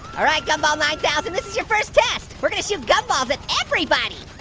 alright, gumball nine thousand, this is your first test. we're gonna shoot gumballs at everybody.